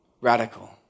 radical